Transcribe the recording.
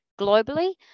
globally